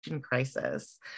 crisis